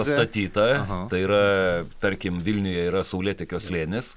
pastatyta tai yra tarkim vilniuje yra saulėtekio slėnis